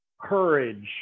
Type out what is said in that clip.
courage